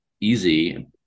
easy